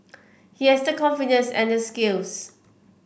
he has the confidence and the skills